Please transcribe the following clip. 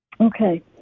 okay